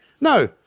No